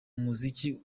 muziki